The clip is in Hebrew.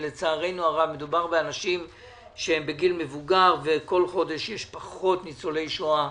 מדובר באנשים בגיל מבוגר וכל חודש יש פחות ניצולי שואה,